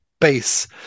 base